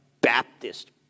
Baptist